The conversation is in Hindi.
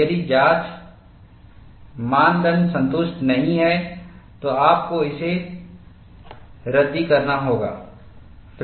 यदि जाँच मानदंड संतुष्ट नहीं हैं तो आपको इसे रद्दी करना होगा